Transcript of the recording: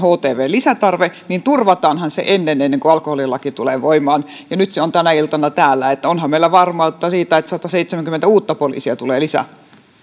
htvn lisätarve niin turvataanhan se ennen ennen kuin alkoholilaki tulee voimaan nyt se on tänä iltana täällä eli onhan meillä varmuutta siitä että sataseitsemänkymmentä uutta poliisia tulee lisää